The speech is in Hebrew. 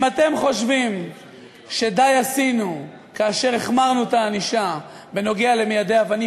אם אתם חושבים שעשינו די כאשר החמרנו את הענישה בנוגע למיידי האבנים,